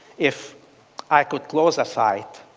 if i could close a site,